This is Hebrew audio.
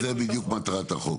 זאת בדיוק מטרת החוק.